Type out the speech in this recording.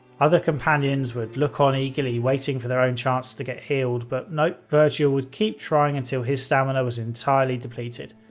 other companions would look on eagerly waiting for their own chance to get healed, but no, virgil would keep trying until his stamina was entirely depleted.